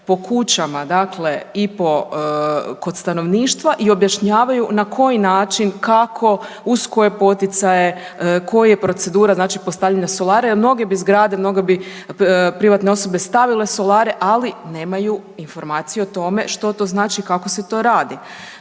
po kućama, dakle i kod stanovništva i objašnjavaju na koji način, kako, uz koje poticaje, koja je procedura znači postavljanja solara jer mnoge bi zgrade, mnoge bi privatne osobe stavile solare, ali nemaju informaciju o tome što to znači i kako se to radi.